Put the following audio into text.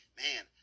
man